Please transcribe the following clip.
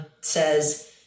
says